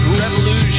revolution